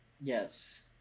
Yes